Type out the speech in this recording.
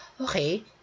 okay